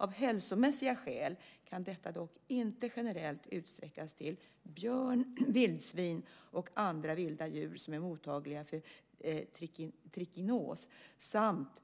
Av hälsomässiga skäl kan detta dock inte generellt utsträckas till björn, vildsvin och andra vilda djur som är mottagliga för trikinos samt